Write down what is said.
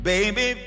Baby